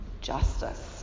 justice